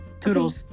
Toodles